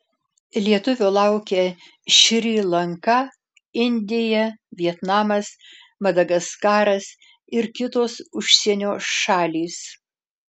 lietuvio laukia šri lanka indija vietnamas madagaskaras ir kitos užsienio šalys